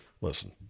listen